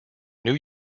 new